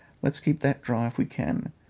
let's keep that dry if we can.